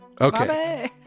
Okay